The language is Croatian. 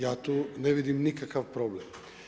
Ja tu ne vidim nikakav problem.